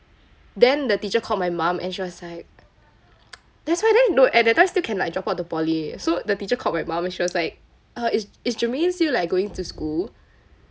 then the teacher called my mum and she was like that's why then at that time still can like drop out the poly so the teacher called my mum and she was like uh is is jermaine still like going to school